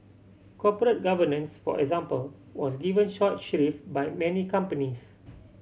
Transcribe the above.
corporate governance for example was given short shrift by many companies